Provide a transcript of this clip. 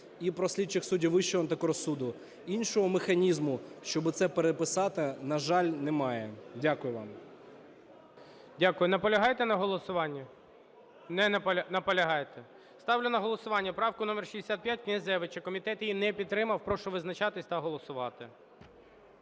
і про слідчих суддів Вищого антикорсуду. Іншого механізму, щоби це переписати, на жаль, немає. Дякую вам. ГОЛОВУЮЧИЙ. Дякую. Наполягаєте на голосуванні? Наполягаєте. Ставлю на голосування правку номер 65, Князевича. Комітет її не підтримав. Прошу визначатись та голосувати.